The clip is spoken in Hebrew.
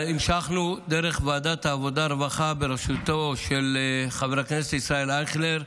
המשכנו בוועדת העבודה והרווחה בראשותו של חבר הכנסת ישראל אייכלר,